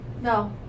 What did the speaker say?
No